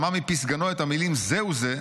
שמע מפי סגנו את המילים 'זהו זה'.